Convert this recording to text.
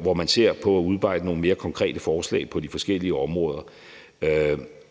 hvor man ser på at udarbejde nogle mere konkrete forslag på de forskellige områder.